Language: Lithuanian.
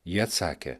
ji atsakė